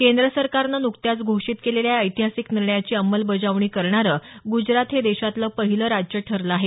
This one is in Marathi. केंद्र सरकारनं नुकत्याच घोषित केलेल्या या ऐतिहासिक निर्णयाची अंमलबजावणी करणारं गुजरात हे देशातलं पहिलं राज्य ठरलं आहे